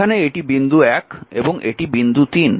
এখানে এটি বিন্দু 1 এবং এটি বিন্দু 3